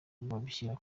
babishyira